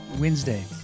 Wednesday